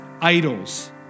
idols